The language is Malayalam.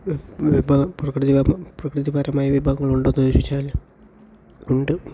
പ്ര പ്രകടി പ്രകൃതിപരമായ വിഭവങ്ങളുണ്ടെന്ന് വിചാരിച്ചാൽ ഉണ്ട്